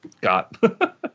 got